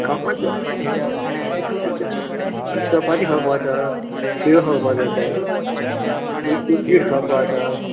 खावपाच चपाती खावपा जाता शेव खावपा जाता उपीट खावपा जाता